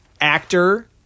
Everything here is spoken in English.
Actor